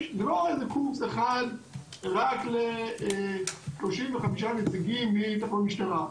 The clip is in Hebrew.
זה לא איזה קורס אחד רק ל-35 נציגים מתחנות משטרה.